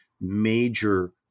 major